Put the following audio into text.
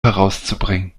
herauszubringen